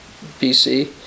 BC